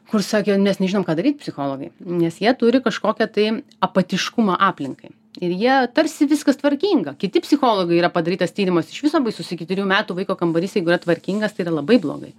kur sakė mes nežinom ką daryt psichologai nes jie turi kažkokią tai apatiškumą aplinkai ir jie tarsi viskas tvarkinga kiti psichologai yra padarytas tyrimas iš viso baisus iki trijų metų vaiko kambarys jeigu yra tvarkingas tai yra labai blogai